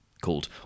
called